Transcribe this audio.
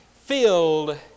filled